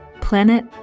planet